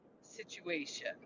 situation